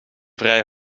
vrij